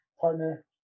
partner